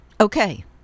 okay